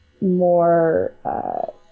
more